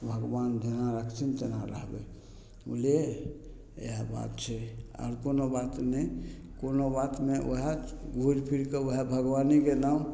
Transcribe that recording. भगवान जेना रखथिन तेना रहबय बुझलियै इएह बात छै आओर कोनो बात नहि कोनो बात नहि वएह घुरि फिरिके वएह भगवानेके नाम